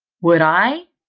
would i!